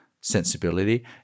sensibility